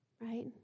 right